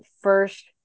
first